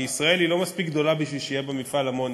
כי ישראל היא לא מספיק גדולה בשביל שיהיה בה מפעל אמוניה,